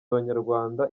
abanyarwanda